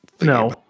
No